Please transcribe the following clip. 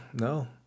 no